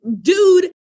dude